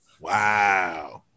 Wow